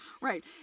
Right